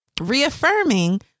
reaffirming